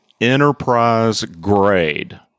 enterprise-grade